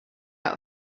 out